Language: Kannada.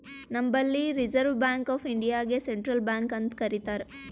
ನಂಬಲ್ಲಿ ರಿಸರ್ವ್ ಬ್ಯಾಂಕ್ ಆಫ್ ಇಂಡಿಯಾಗೆ ಸೆಂಟ್ರಲ್ ಬ್ಯಾಂಕ್ ಅಂತ್ ಕರಿತಾರ್